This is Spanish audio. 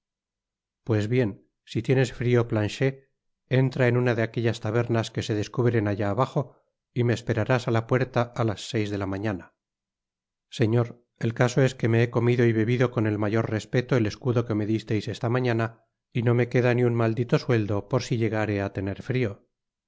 pues bien si tienes frio planchet entra en una de aquellas tabernas que se descubren allá bajo y me esperarás á la puerta a las seis de la mañana señor el caso es que me he comido y bebido con el mayor respeto el escudo que me disteis esta mañana y no me queda ni un maldito sueldo por si llegare á tener frio